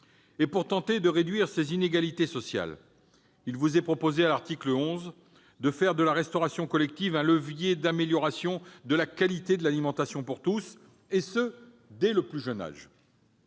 Pour tenter de réduire ces inégalités sociales, il vous est proposé, à l'article 11, de faire de la restauration collective un levier d'amélioration de la qualité de l'alimentation pour tous, et ce dès le plus jeune âge.